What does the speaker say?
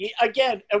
Again